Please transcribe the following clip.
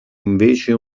invece